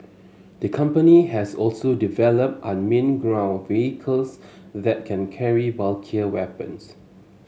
the company has also developed unmanned ground vehicles that can carry bulkier weapons